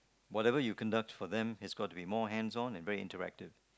whatever you conduct for them has got to be more hands on and very interactive